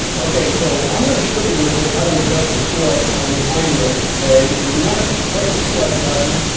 okay, so i'm going to show you real quick how to adjust the squelch on this radio. okay, so you want to press the select like button,